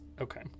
okay